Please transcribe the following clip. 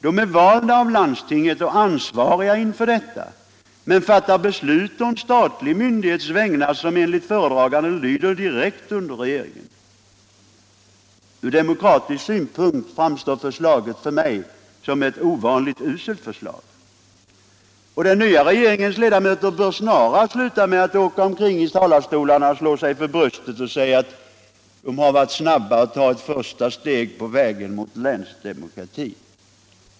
De är valda av landstinget och ansvariga inför detta, men de fattar beslut på en statlig myndighets vägnar som enligt föredraganden lyder direkt under regeringen. Från demokratisk synpunkt framstår förslaget för mig som ett ovanligt uselt förslag. Den nya regeringens ledamöter bör snarast sluta med att åka omkring och i talarstolarna slå sig för bröstet och säga att de har varit snabba med att ta det första steget på vägen mot länsdemokrati.